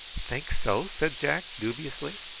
think so? said jack dubiously.